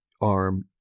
arm